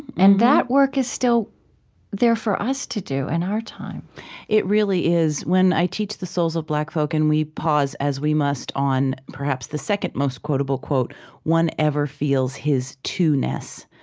and that work is still there for us to do in our time it really is. when i teach the souls of black folk and we pause, as we must, on perhaps the second most quotable quote one ever feels his two-ness,